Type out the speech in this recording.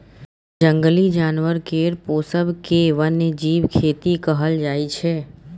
जंगली जानबर केर पोसब केँ बन्यजीब खेती कहल जाइ छै